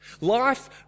Life